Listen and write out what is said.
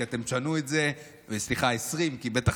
כי אתם תשנו את זה,